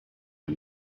him